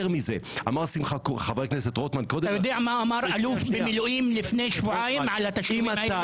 אתה יודע מה אמר אלוף במילואים לפני שבועיים על התשלומים האלה?